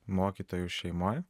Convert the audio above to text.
mokytojų šeimoj